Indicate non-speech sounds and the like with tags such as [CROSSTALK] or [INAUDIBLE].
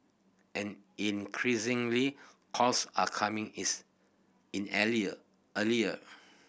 and increasingly calls are coming is in [UNINTELLIGIBLE] earlier [NOISE]